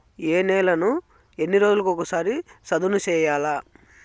ఏ నేలను ఎన్ని రోజులకొక సారి సదును చేయల్ల?